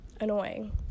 annoying